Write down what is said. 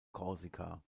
korsika